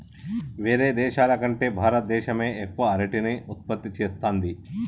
వేరే దేశాల కంటే భారత దేశమే ఎక్కువ అరటిని ఉత్పత్తి చేస్తంది